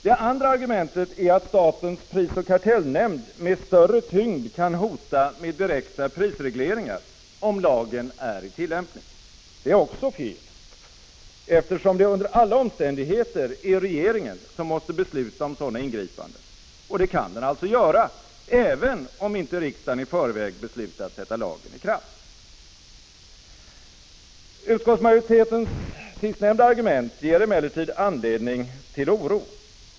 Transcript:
Det andra argumentet är att statens prisoch kartellnämnd med större tyngd kan hota med direkta prisregleringar, om lagen är i tillämpning. Det är också fel, eftersom det under alla omständigheter är regeringen som måste besluta om sådana ingripanden, och det kan den alltså göra, även om inte riksdagen i förväg beslutat sätta lagen i kraft. Utskottsmajoritetens sistnämnda argument ger emellertid anledning till oro.